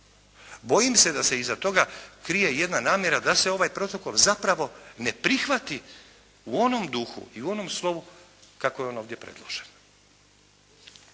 Bojim se da se iza toga krije jedna namjera da se ovaj protokol zapravo ne prihvati u onom duhu i u onom slovu kako je on ovdje predložen.